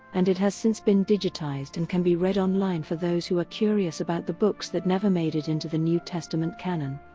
and it has since been digitized and can be read online for those who are curious about the books that never made it into the new testament canon.